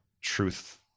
truth